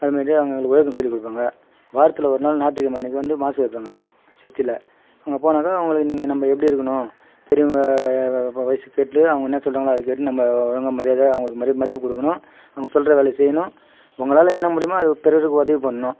அது மாரி அவங்க எங்களுக்கு ஒழுக்கம் சொல்லிக் கொடுப்பாங்க வாரத்தில் ஒரு நாள் ஞாயிற்றுக்கெழமை அன்றைக்கு வந்து மாஸு வைப்பாங்க சர்ச்சில் அங்கே போனாக்கா அவங்களுக்கு நீங்கள் நம்ம எப்படி இருக்கணும் பெரியவங்க வயசுக்கேட்ணு அவங்க என்ன சொல்கிறாங்களோ அதை கேட்டு நம்ம ஒழுங்காக மரியாதையாக அவங்களுக்கு மரி மதிப்பு கொடுக்கணும் அவங்க சொல்கிற வேலையை செய்யணும் உங்களால் என்ன முடியுமோ அதை பிறருக்கு உதவி பண்ணணும்